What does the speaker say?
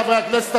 חברי הכנסת,